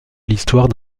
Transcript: l’histoire